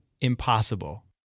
impossible